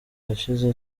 yashize